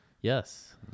Yes